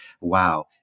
wow